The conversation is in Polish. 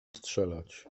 strzelać